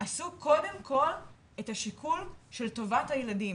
עשו קודם כל את השיקול של טובת הילדים.